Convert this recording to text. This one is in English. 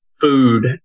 food